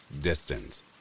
Distance